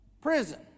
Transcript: prison